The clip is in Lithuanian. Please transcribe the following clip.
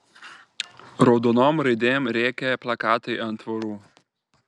raudonom raidėm rėkė plakatai ant tvorų